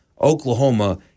Oklahoma